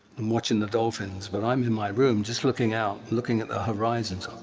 i'm watching the dolphins, but i'm in my room just looking out, looking at the horizons,